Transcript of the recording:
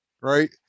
right